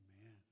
Amen